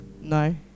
No